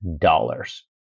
dollars